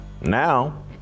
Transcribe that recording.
Now